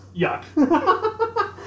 yuck